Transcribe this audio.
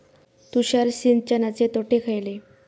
तुषार सिंचनाचे तोटे खयले?